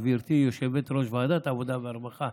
גברתי יושבת-ראש ועדת העבודה והרווחה,